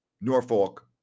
Norfolk